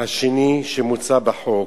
השני שמוצע בחוק,